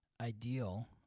ideal